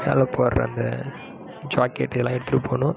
மேலே போடுற அந்த ஜாக்கெட்டு இதெல்லாம் எடுத்துட்டு போகணும்